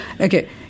okay